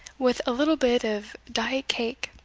with a little bit of diet cake,